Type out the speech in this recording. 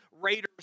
raiders